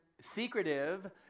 secretive